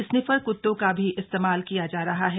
sniffer क्तों का भी इस्तेमाल किया जा रहा है